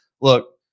Look